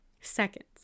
Seconds